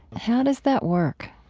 how does that work?